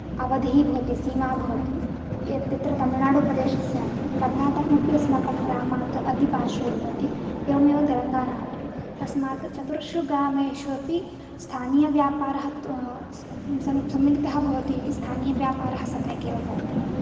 अवधिः भवति सीमा भवति ए तत्र तामिलनाडु प्रदेशस्यापि कर्नाटकं अपि अस्माकं ग्रामात् अति पार्श्वे भवति एवं एव तेलङ्गणापि तस्मात् चर्तुर्षु ग्रामेष्वपि स्थानीयव्यापारः सम्मिलितः भवति इति स्थानीयव्यापारः सम्यक् एव भवति